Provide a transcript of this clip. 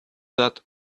that